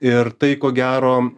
ir tai ko gero